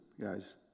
guys